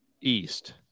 east